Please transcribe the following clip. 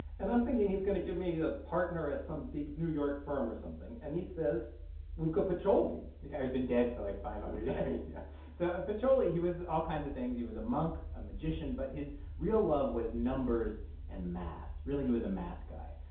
and i'm thinking he's going to give me a partner at some big new york firm or something. and he says luca pacioli the guy who's been dead for, like, five hundred. right, yeah yeah so pacioli, he was all kinds of things. he was a monk, a magician. but his real love was numbers and math. really, he was a math guy.